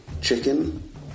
Chicken